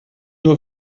nur